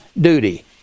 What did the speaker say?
duty